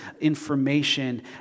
information